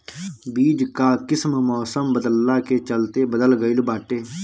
बीज कअ किस्म मौसम बदलला के चलते बदल गइल बाटे